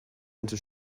into